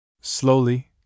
Slowly